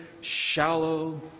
shallow